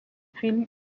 film